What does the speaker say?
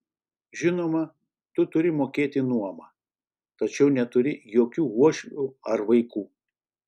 žinoma tu turi mokėti nuomą tačiau neturi jokių uošvių ar vaikų